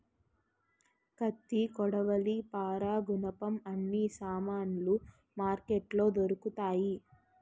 కత్తి కొడవలి పారా గునపం అన్ని సామానులు మార్కెట్లో దొరుకుతాయి